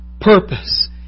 purpose